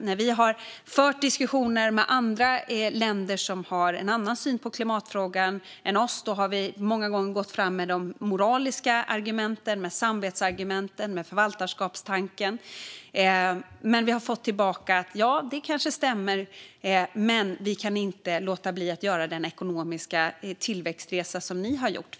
När vi har fört diskussioner med andra länder som har en annan syn på klimatfrågan än vår har vi många gånger gått fram med de moraliska argumenten, samvetsargumenten och förvaltarskapstanken. Vi har fått tillbaka: Det kanske stämmer, men vi kan inte låta bli att göra den resa i ekonomisk tillväxt som ni har gjort.